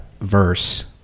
verse